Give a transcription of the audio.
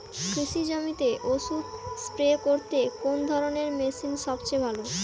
কৃষি জমিতে ওষুধ স্প্রে করতে কোন ধরণের মেশিন সবচেয়ে ভালো?